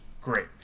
Great